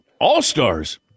all-stars